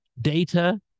data